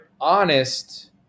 honest